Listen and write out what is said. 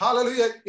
Hallelujah